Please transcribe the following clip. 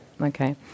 okay